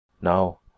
Now